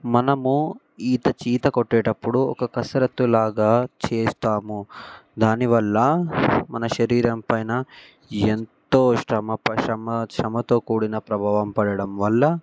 మనము ఈత ఈత కొట్టేటప్పుడు ఒక కసరత్తులాగా చేస్తాము దానివల్ల మన శరీరం పైన ఎంతో శ్రమ శ్రమ శ్రమతో కూడిన ప్రభావం పడడం వల్ల